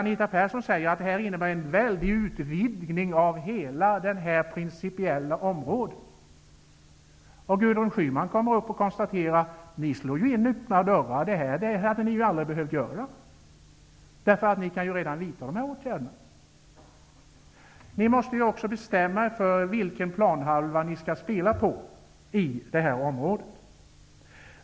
Anita Persson säger att det här innebär en väldig utvidgning av hela det principiella området, och Gudrun Schyman konstaterar att öppna dörrar slås in och att det här aldrig hade behövt göras, eftersom föreslagna åtgärder ändå kan vidtas. Ni måste bestämma er för vilken planhalva på det här området som ni skall spela på.